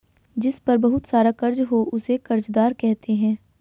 जिस पर बहुत सारा कर्ज हो उसे कर्जदार कहते हैं